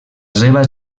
seva